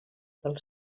del